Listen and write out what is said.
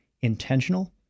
intentional